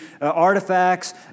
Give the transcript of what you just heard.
artifacts